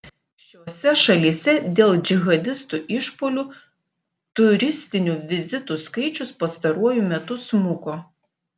šiose šalyse dėl džihadistų išpuolių turistinių vizitų skaičius pastaruoju metu smuko